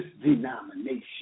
denomination